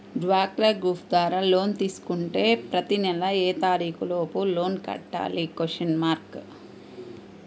డ్వాక్రా గ్రూప్ ద్వారా లోన్ తీసుకుంటే ప్రతి నెల ఏ తారీకు లోపు లోన్ కట్టాలి?